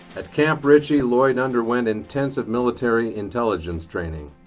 at camp ritchie lloyd underwent intensive military intelligence training.